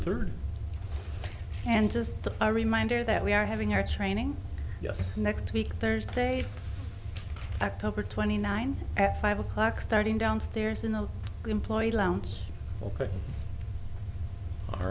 third and just a reminder that we are having our training yes next week thursday october twenty nine at five o'clock starting downstairs in the employee lounge ok all